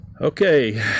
Okay